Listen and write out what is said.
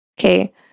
Okay